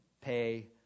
pay